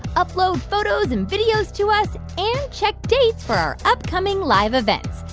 upload photos and videos to us and check dates for our upcoming live events.